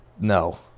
No